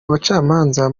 abacamanza